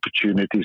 opportunities